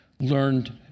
learned